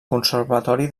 conservatori